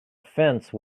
fence